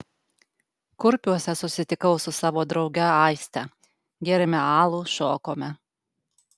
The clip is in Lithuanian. kurpiuose susitikau su savo drauge aiste gėrėme alų šokome